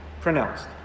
pronounced